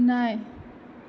नहि